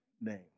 name